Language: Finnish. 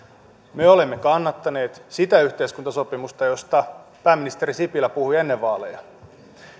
me olemme kannattaneet sitä yhteiskuntasopimusta josta pääministeri sipilä puhui ennen vaaleja